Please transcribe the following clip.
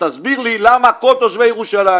תסביר לי למה כל תושבי ירושלים